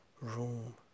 room